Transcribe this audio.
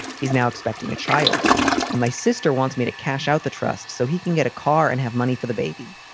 he's now expecting a child and my sister wants me to cash out the trust so he can get a car and have money for the baby.